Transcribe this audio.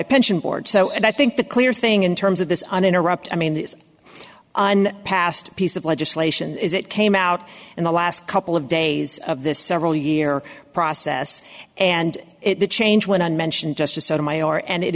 a pension board so i think the clear thing in terms of this an interrupt i mean the past piece of legislation is it came out in the last couple of days of this several year process and the change went unmentioned justice